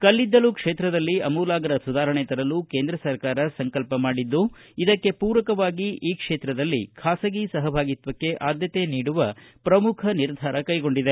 ಕಲ್ಲಿದ್ದಲು ಕ್ಷೇತ್ರದಲ್ಲಿ ಅಮೂಲಾಗ್ರ ಸುಧಾರಣೆ ತರಲು ಕೇಂದ್ರ ಸರ್ಕಾರ ಸಂಕಲ್ಪ ಮಾಡಿದ್ದು ಇದಕ್ಕೆ ಮೂರಕವಾಗಿ ಈ ಕ್ಷೇತ್ರದಲ್ಲಿ ಖಾಸಗಿ ಸಹಭಾಗಿತ್ವಕ್ಕೆ ಆದ್ಯತೆ ನೀಡುವ ಪ್ರಮುಖ ನಿರ್ಧಾರ ಕೈಗೊಂಡಿದೆ